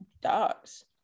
dogs